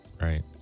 Right